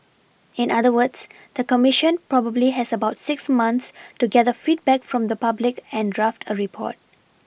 in other words the commission probably has about six months to gather feedback from the public and draft a report